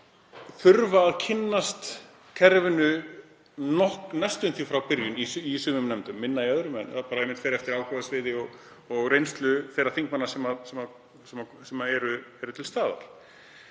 þurfa að kynnast kerfinu næstum því frá byrjun í sumum nefndum, minna í öðrum en það fer eftir áhugasviði og reynslu þeirra þingmanna sem eru til staðar.